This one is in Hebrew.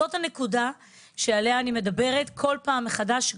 זו נקודה עליה אני מדברת כל פעם מחדש.